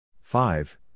five